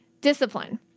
discipline